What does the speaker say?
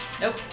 Nope